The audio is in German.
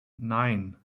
nein